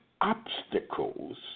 obstacles